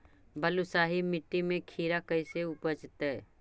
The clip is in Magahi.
बालुसाहि मट्टी में खिरा कैसे उपजतै?